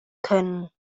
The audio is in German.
können